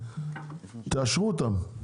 תאשרו אותם,